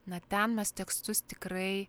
na ten mes tekstus tikrai